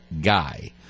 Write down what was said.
guy